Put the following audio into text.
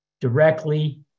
directly